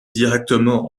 directement